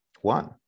one